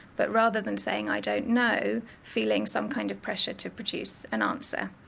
but rather than saying i don't know, feeling some kind of pressure to produce an answer.